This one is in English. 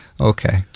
Okay